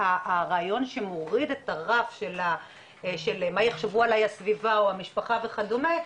הרעיון שמוריד את הרף של מה יחשבו עליי הסביבה והמשפחה וכדומה,